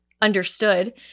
understood